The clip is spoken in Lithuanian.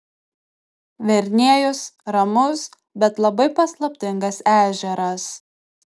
verniejus ramus bet labai paslaptingas ežeras